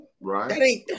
Right